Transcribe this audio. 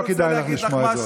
לא כדאי לך לשמוע את זה עוד פעם.